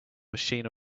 machine